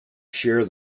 share